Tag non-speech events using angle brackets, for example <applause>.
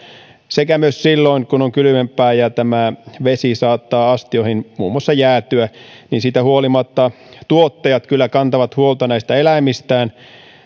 sekä myös silloin kun on kylmempää ja <unintelligible> vesi saattaa muun muassa jäätyä astioihin siitä huolimatta tuottajat kyllä kantavat huolta näistä eläimistään